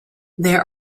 there